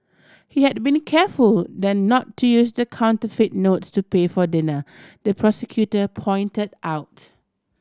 he had been careful then not to use the counterfeit notes to pay for dinner the prosecutor pointed out